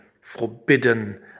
forbidden